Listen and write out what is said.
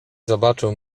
zobaczył